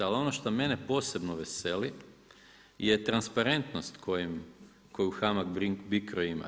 Ali, ono što mene posebno veseli, je transparentnost koju HAMAG BICRO ima.